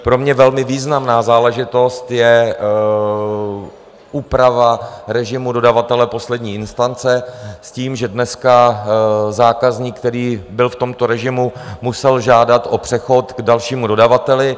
Pro mě velmi významnou záležitostí je úprava režimu dodavatele poslední instance s tím, že dneska zákazník, který byl v tomto režimu, musel žádat o přechod k dalšímu dodavateli.